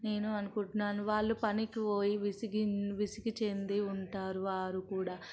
నేను అనుకుంటున్నాను వాళ్ళు పనికి పోయి విసిగి విసిగిచెంది ఉంటారు వారు కూడా